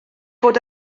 bod